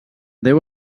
deu